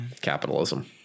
Capitalism